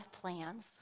plans